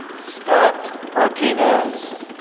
scott martinez.